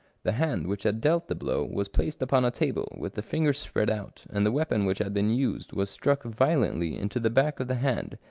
the hand which had dealt the blow was placed upon a table with the fingers spread out, and the weapon which had been used was struck violently into the back of the hand,